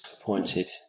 appointed